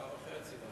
דקה וחצי.